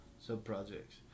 sub-projects